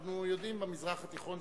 אנחנו יודעים שבמזרח התיכון,